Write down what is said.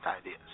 ideas